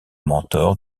mentor